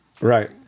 Right